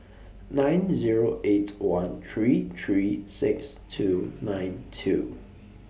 nine Zero eight one three three six two nine two